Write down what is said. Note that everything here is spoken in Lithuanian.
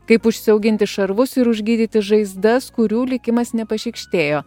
kaip užsiauginti šarvus ir užgydyti žaizdas kurių likimas nepašykštėjo